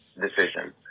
decision